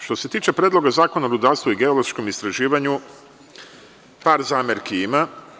Što se tiče Predloga zakona o rudarstvu i geološkom istraživanju par zamerki ima.